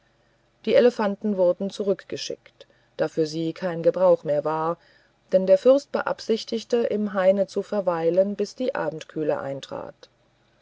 die elefanten wurden zurückgeschickt da für sie kein gebrauch mehr war denn der fürst beabsichtigte im haine zu weilen bis die abendkühle eintrat